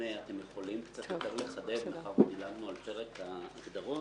אתם יכולים קצת יותר לחדד מאחר ודילגנו על פרק ההגדרות,